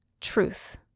Truth